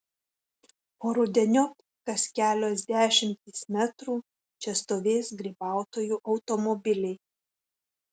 o rudeniop kas kelios dešimtys metrų čia stovės grybautojų automobiliai